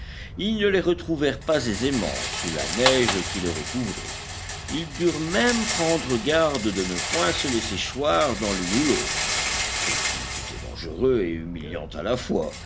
ils ne les retrouvèrent pas aisément sous la neige qui les recouvrait ils durent même prendre garde de ne point se laisser choir dans l'une ou l'autre ce qui eût été dangereux et humiliant à la fois